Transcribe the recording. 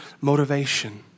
motivation